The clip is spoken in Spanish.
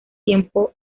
tiempo